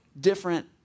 different